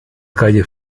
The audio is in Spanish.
calle